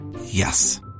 Yes